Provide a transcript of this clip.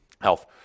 health